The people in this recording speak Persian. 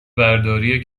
برداری